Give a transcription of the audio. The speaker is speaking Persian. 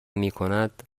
میکند